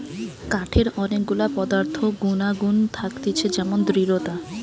কাঠের অনেক গুলা পদার্থ গুনাগুন থাকতিছে যেমন দৃঢ়তা